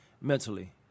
mentally